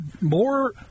more